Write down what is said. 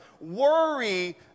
worry